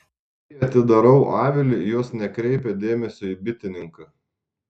jei atidarau avilį jos nekreipia dėmesio į bitininką